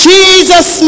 Jesus